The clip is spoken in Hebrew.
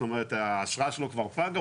זאת אומרת האשרה שלו כבר פגה,